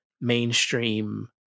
mainstream